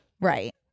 Right